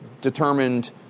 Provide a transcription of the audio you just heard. determined